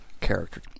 character